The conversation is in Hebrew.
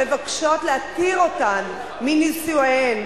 שמבקשות להתיר אותן מנישואיהן.